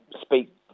speak